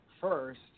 first